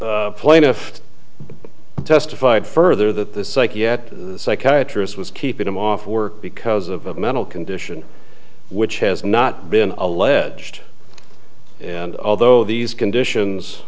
opinion plaintiff to testified further that the psych yet psychiatrist was keeping him off work because of a mental condition which has not been alleged and although these conditions